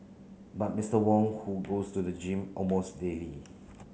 but Mister Wong who goes to the gym almost daily